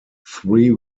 three